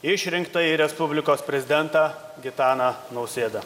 išrinktąjį respublikos prezidentą gitaną nausėdą